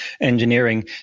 engineering